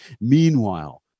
Meanwhile